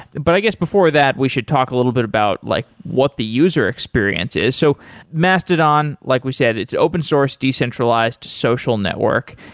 but i guess before that, we should talk a little bit about like what the user experience is. so mastodon, like we said, it's open source decentralized social network.